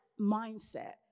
mindset